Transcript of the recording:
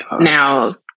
Now